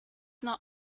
not